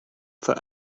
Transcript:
fall